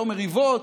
לא מריבות,